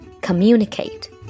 communicate